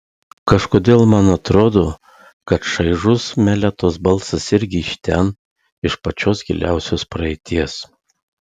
kažkodėl man atrodo kad šaižus meletos balsas irgi iš ten iš pačios giliausios praeities